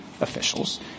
officials